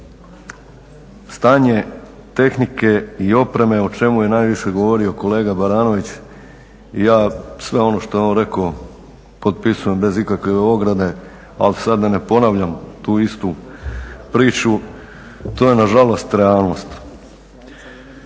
stanje tehnike i opreme o čemu je najviše govorio kolega Baranović. Ja sve ono što je on rekao potpisujem bez ikakve ograde. Ali sada da ne ponavljam tu istu priču, to je nažalost realnost.